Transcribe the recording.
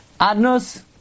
Adnos